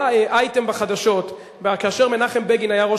היה אייטם בחדשות כאשר מנחם בגין היה ראש